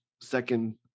second